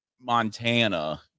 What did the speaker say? montana